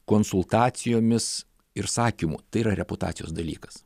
konsultacijomis ir sakymu tai yra reputacijos dalykas